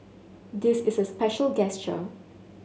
this is a special gesture